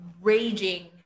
raging